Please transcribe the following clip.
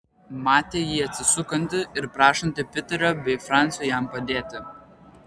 matė jį atsisukantį ir prašantį piterio bei francio jam padėti